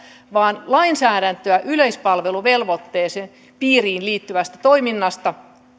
vaan lainsäädäntöä yleispalveluvelvoitteen piiriin liittyvästä toiminnasta